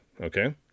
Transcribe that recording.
okay